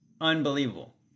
Unbelievable